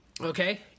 Okay